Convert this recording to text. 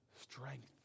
strength